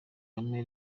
kagame